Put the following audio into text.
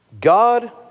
God